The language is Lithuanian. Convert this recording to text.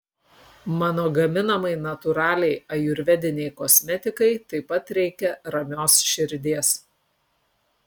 mano gaminamai natūraliai ajurvedinei kosmetikai taip pat reikia ramios širdies